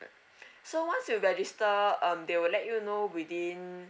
so once you register um they will let you know within